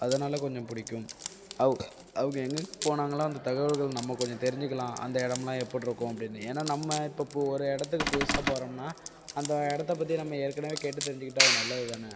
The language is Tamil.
அதனால் கொஞ்சம் பிடிக்கும் அவங்க அவங்க எங்கங்கே போனாங்களோ அந்த தகவல்கள் நம்ம கொஞ்சம் தெரிஞ்சுக்கலாம் அந்த இடம்லாம் எப்படி இருக்கும் அப்படினு ஏன்னால் நம்ம இப்போ ஒரு இடத்துக்கு புதுசாக போகிறோம்னா அந்த இடத்த பற்றி நம்ம ஏற்கனவே கேட்டு தெரிஞ்சிக்கிட்டால் அது நல்லதுதான்